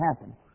happen